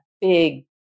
big